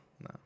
no